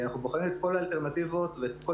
אנחנו בוחנים את כל האלטרנטיבות ואת כל